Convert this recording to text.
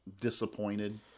disappointed